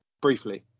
Briefly